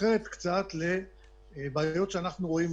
אחרת קצת לבעיות שאנחנו רואים.